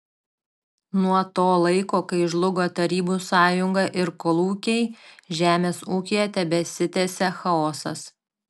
nuo to laiko kai žlugo tarybų sąjunga ir kolūkiai žemės ūkyje tebesitęsia chaosas